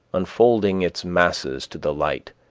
unfolding its masses to the light